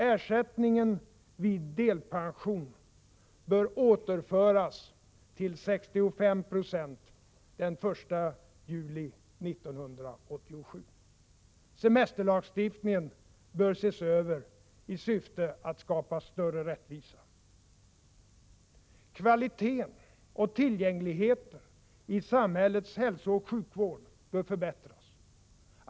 Ersättningen vid delpension bör återföras till 65 96 den 1 juli 1987. Semesterlagstiftningen bör ses över i syfte att skapa större rättvisa. Kvaliteten och tillgängligheten i samhällets hälsooch sjukvård bör förbättras.